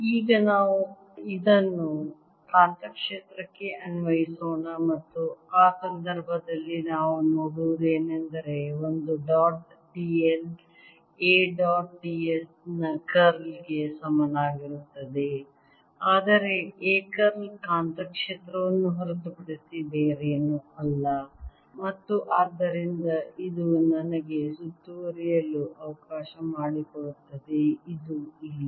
ಈಗ ನಾವು ಇದನ್ನು ಕಾಂತಕ್ಷೇತ್ರಕ್ಕೆ ಅನ್ವಯಿಸೋಣ ಮತ್ತು ಆ ಸಂದರ್ಭದಲ್ಲಿ ನಾವು ನೋಡುವುದೇನೆಂದರೆ ಒಂದು dot d l A dot d s ನ ಕರ್ಲ್ ಗೆ ಸಮನಾಗಿರುತ್ತದೆ ಆದರೆ A ಕರ್ಲ್ ಕಾಂತಕ್ಷೇತ್ರವನ್ನು ಹೊರತುಪಡಿಸಿ ಬೇರೇನೂ ಅಲ್ಲ ಮತ್ತು ಆದ್ದರಿಂದ ಇದು ನನಗೆ ಸುತ್ತುವರಿಯಲು ಅವಕಾಶ ಮಾಡಿಕೊಡುತ್ತದೆ ಇದು ಇಲ್ಲಿ